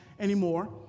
anymore